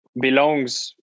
belongs